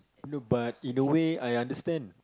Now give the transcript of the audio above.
no but in a way I understand